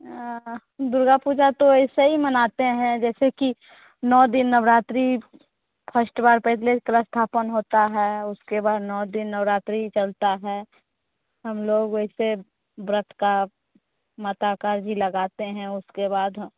दुर्गा पूजा तो ऐसे ही मानते हें जैसे की नौ दिन नवरात्रि फर्स्ट बार पहले कलस्थापन होता हे उसके बाद नौ दिन नवरात्री चलता हे हमलोग वैसे व्रत का माता का अर्जी अर्जी लगाते हें उसके बाद है